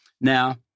Now